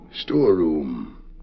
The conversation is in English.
Storeroom